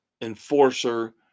enforcer